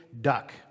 duck